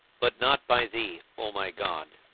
but not by thee, o my god,